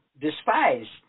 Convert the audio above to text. despised